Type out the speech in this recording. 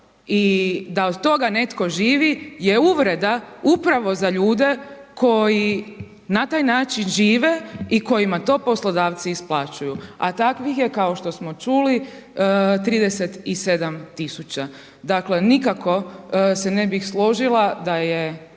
i da od toga netko živi je uvreda upravo za ljude koji na taj način žive i kojima to poslodavci isplaćuju. A takvih je kao što smo čuli 37.000, dakle nikako se ne bih složila da je